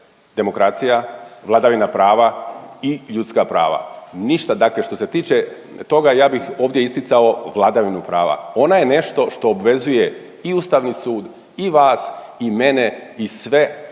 demokracija, vladavina prava i ljudska prava, ništa dakle što se tiče toga ja bih ovdje isticao vladavinu prava. Ona je nešto što obvezuje i Ustavni sud i vas i mene i sve